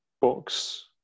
books